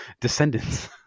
Descendants